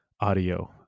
audio